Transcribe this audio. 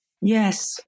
Yes